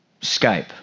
Skype